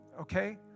okay